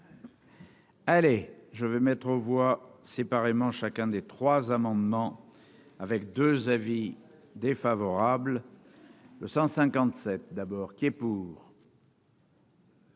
Allez, je vais mettre aux voix séparément chacun des 3 amendements avec 2 avis défavorables, le 157 d'abord, qui est pour.